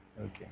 Okay